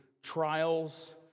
trials